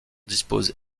dispose